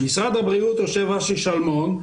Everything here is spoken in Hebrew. ממשרד הבריאות יושב אשר שלמון,